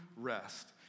rest